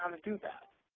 um to do that.